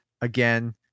again